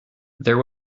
there